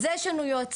אז לזה יש לנו יועצים.